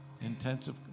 Intensive